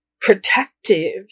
protective